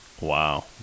Wow